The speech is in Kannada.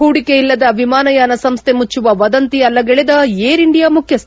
ಹೂಡಿಕೆ ಇಲ್ಲದ ವಿಮಾನಯಾನ ಸಂಸ್ವೆ ಮುಚ್ಚುವ ವದಂತಿ ಅಲ್ಲಗಳೆದ ಏರ್ ಇಂಡಿಯಾ ಮುಖ್ಚಸ್ವ